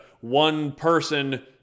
one-person